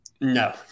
No